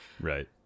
Right